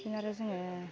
बिदिनो आरो जोङो